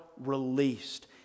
released